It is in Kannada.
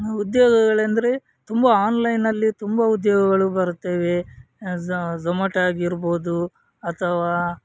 ಉದ್ಯೋಗಗಳೆಂದರೆ ತುಂಬ ಆನ್ಲೈನಲ್ಲಿ ತುಂಬ ಉದ್ಯೋಗಗಳು ಬರುತ್ತವೆ ಝೊಮೊಟ ಆಗಿರ್ಬೋದು ಅಥವಾ